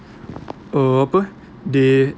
err apa they